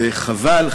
וחבל,